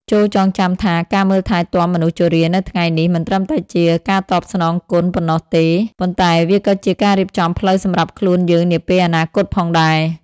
ចូរចងចាំថា ការមើលថែទាំមនុស្សជរានៅថ្ងៃនេះ មិនត្រឹមតែជាការតបស្នងគុណប៉ុណ្ណោះទេ ប៉ុន្តែវាក៏ជាការរៀបចំផ្លូវសម្រាប់ខ្លួនយើងនាពេលអនាគតផងដែរ។